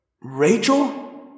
Rachel